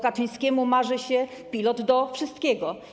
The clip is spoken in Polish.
Kaczyńskiemu marzy się pilot do wszystkiego.